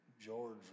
George